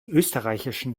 österreichischen